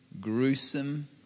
gruesome